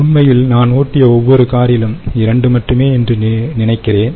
உண்மையில்நான் ஓட்டிய ஒவ்வொறு காரிலும் 2 மட்டுமே என்று நினைக்கிறேன்